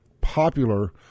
popular